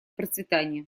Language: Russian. процветание